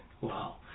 Wow